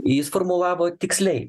jis formulavo tiksliai